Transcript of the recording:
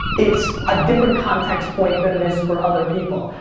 it's a different context point than it is for other people.